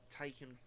taken